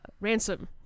Ransom